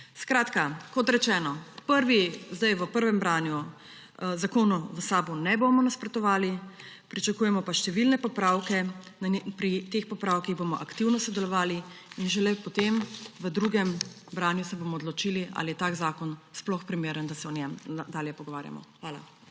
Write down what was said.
Skratka, kot rečeno; zdaj v prvem branju zakonu v SAB ne bomo nasprotovali, pričakujemo pa številne popravke. Pri teh popravkih bomo aktivno sodelovali in šele potem v drugem branju se bomo odločili, ali je tak zakon sploh primeren, da se o njem dalje pogovarjamo. Hvala.